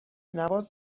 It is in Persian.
نواز